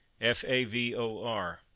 f-a-v-o-r